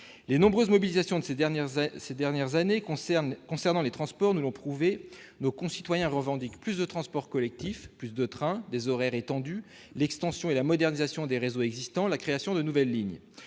Les nombreuses mobilisations de ces dernières années concernant les transports nous l'ont prouvé, nos concitoyens revendiquent plus de transports collectifs : plus de trains, des horaires étendus, l'extension et la modernisation des réseaux existants, la création de nouvelles lignes.